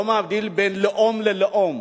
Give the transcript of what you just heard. לא מבדיל בין לאום ללאום,